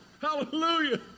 hallelujah